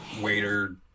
waiter